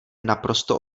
naprosto